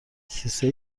کیسه